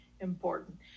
important